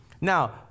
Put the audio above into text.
Now